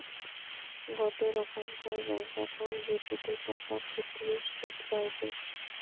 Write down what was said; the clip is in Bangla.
গোটে রোকমকার ব্যাঙ্ক একউন্ট জেটিতে টাকা খতিয়ে শুধ পায়টে